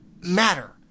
matter